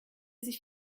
sich